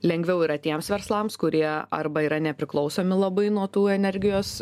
lengviau yra tiems verslams kurie arba yra nepriklausomi labai nuo tų energijos